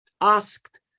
asked